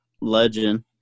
legend